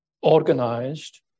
organized